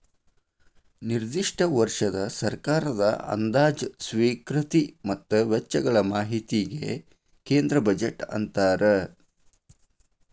ನಿರ್ದಿಷ್ಟ ವರ್ಷದ ಸರ್ಕಾರದ ಅಂದಾಜ ಸ್ವೇಕೃತಿ ಮತ್ತ ವೆಚ್ಚಗಳ ಮಾಹಿತಿಗಿ ಕೇಂದ್ರ ಬಜೆಟ್ ಅಂತಾರ